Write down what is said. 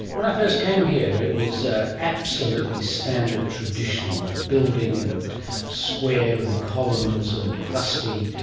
when i first came here it was ah absolutely standard, traditional, a building you know of square and columns and crusty,